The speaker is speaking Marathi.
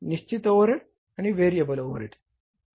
निश्चित ओव्हरहेड आणि व्हेरिएबल ओव्हरहेड्स